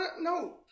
no